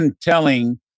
telling